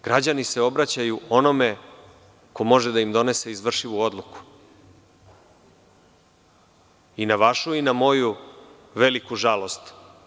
Građani se obraćaju onome ko može da im donese izvršivu odluku i na vašu i na moju veliku žalost.